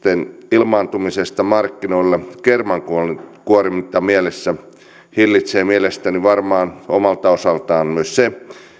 ilmaantumista markkinoille kermankuorintamielessä hillitsee mielestäni varmaan omalta osaltaan myös se